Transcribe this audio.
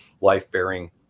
life-bearing